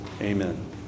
Amen